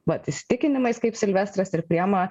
vat įsitikinimais kaip silvestras ir priima